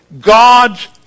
God's